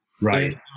Right